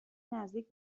نزدیک